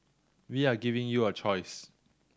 we are giving you a choice